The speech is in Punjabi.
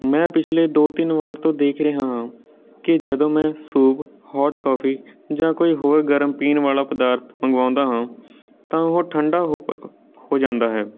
ਮੈਂ ਪਿਛਲੇ ਦੋ ਤਿੰਨ ਵਾਰ ਤੋਂ ਦੇਖ ਰਿਹਾ ਹਾਂ ਕਿ ਜਦੋਂ ਮੈਂ ਸੂਪ ਹੋਟ ਕੌਫੀ ਜਾਂ ਕੋਈ ਹੋਰ ਗਰਮ ਪੀਣ ਵਾਲਾ ਪਦਾਰਥ ਮੰਗਵਾਉਂਦਾ ਹਾਂ ਤਾਂ ਉਹ ਠੰਡਾ ਹੋ ਹੋ ਜਾਂਦਾ ਹੈ